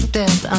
death